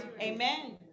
Amen